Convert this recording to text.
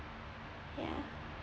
yeah